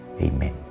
Amen